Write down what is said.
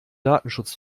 datenschutz